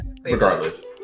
regardless